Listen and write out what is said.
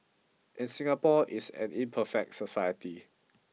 and Singapore is an imperfect society